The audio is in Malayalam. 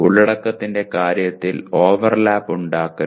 ഉള്ളടക്കത്തിന്റെ കാര്യത്തിൽ ഓവർലാപ്പ് ഉണ്ടാകരുത്